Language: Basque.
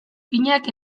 finak